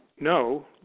no